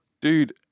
dude